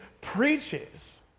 preaches